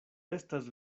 estas